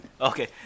Okay